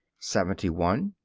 seventy one.